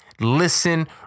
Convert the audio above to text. listen